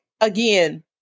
again